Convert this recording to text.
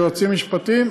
יועצים משפטיים,